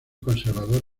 conservador